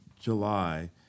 July